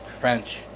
French